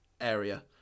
area